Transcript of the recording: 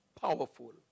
powerful